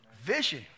Vision